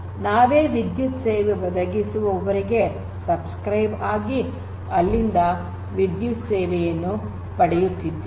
ನಾವೇ ವಿದ್ಯುತ್ ಸೇವೆ ಒದಗಿಸುವವರಿಗೆ ಚಂದಾದಾರರಾಗಿ ಅಲ್ಲಿಂದ ವಿದ್ಯುತ್ ಸೇವೆಯನ್ನು ಪಡೆಯುತ್ತಿದ್ದೇವೆ